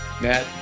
matt